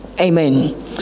Amen